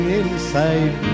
inside